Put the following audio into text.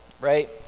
right